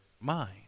mind